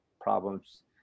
problems